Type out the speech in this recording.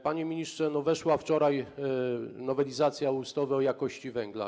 Panie ministrze, weszła wczoraj nowelizacja ustawy o jakości węgla.